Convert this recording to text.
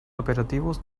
operativos